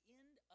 end